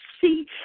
see